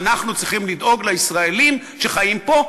ואנחנו צריכים לדאוג לישראלים שחיים פה,